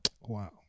wow